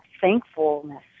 thankfulness